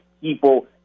people